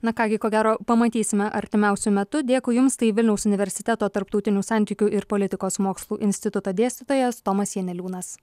na ką gi ko gero pamatysime artimiausiu metu dėkui jums tai vilniaus universiteto tarptautinių santykių ir politikos mokslų instituto dėstytojas tomas janeliūnas